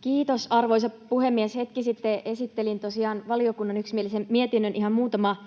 Kiitos, arvoisa puhemies! Hetki sitten esittelin tosiaan valiokunnan yksimielisen mietinnön. Ihan muutama